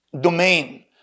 domain